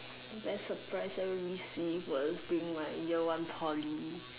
best surprise ever received was during my year one Poly